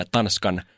Tanskan